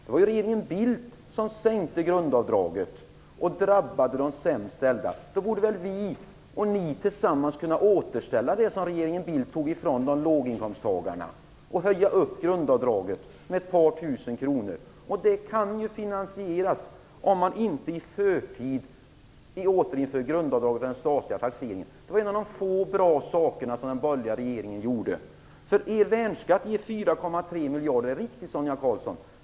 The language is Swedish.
Det var ju regeringen Bildt som sänkte grundavdraget, vilket drabbade de sämst ställda. Då borde väl Vänsterpartiet och Socialdemokraterna tillsammans kunna återställa det som regeringen Bildt tog ifrån låginkomsttagarna genom att höja grundavdraget med ett par tusen kronor. Det kan finansieras om man inte i förtid återinför grundavdraget vad gäller den statliga taxeringen - det var en av de få bra saker som den borgerliga regeringen gjorde. det är riktigt Sonia Karlsson.